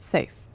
Safe